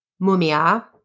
mumia